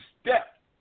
step